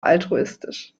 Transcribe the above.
altruistisch